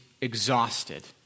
exhausted